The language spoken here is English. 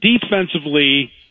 defensively